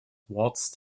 waltzed